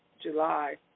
July